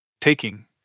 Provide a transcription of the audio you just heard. Taking